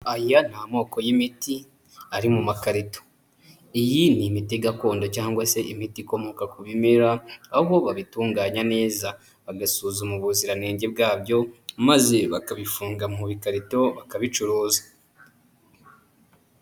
Aya ni amoko y'imiti ari mu makarito. Iyi ni imiti gakondo cyangwa se imiti ikomoka ku bimera, aho babitunganya neza, bagasuzuma ubuziranenge bwabyo, maze bakabifunga mu bikarito, bakabicuruza.